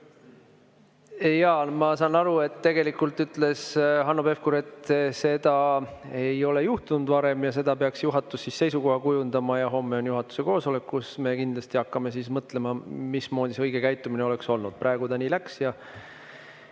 Jaa. Ma saan aru, et tegelikult ütles Hanno Pevkur, et seda ei ole juhtunud varem ja selles asjas peaks juhatus seisukoha kujundama. Homme on juhatuse koosolek, kus me kindlasti hakkame mõtlema, mismoodi see õige käitumine oleks olnud. Praegu ta nii läks.